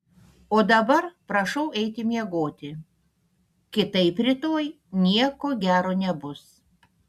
o dabar prašau eiti miegoti kitaip rytoj nieko gero nebus